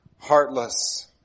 heartless